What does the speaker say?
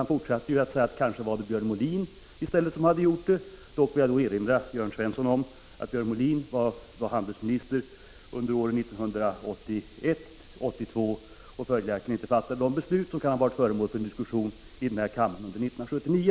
Han sade nu att det kanske i stället var Björn Molin som hade fattat beslutet. Jag vill då erinra Jörn Svensson om att Björn Molin var handelsminister under åren 1981 och 1982 och följaktligen inte fattade de beslut som kan ha varit föremål för diskussion i denna kammare 1979.